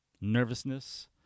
nervousness